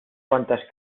cuantas